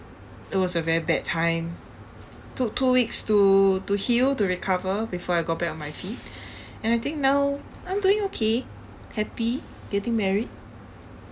it was a very bad time took two weeks to to heal to recover before I got back on my feet and I think now I'm doing okay happy getting married